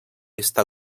està